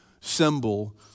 symbol